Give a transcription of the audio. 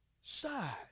side